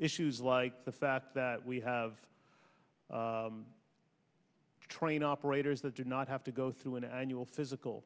issues like the fact that we have train operators that do not have to go through an annual physical